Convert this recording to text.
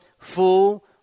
full